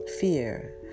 Fear